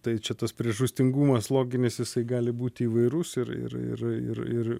tai čia tas priežastingumas loginis jisai gali būti įvairus ir ir ir ir ir